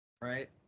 right